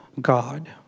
God